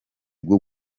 bwo